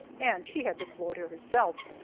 and she had the floor to herself.